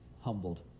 humbled